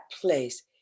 place